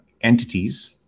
entities